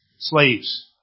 Slaves